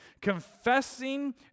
Confessing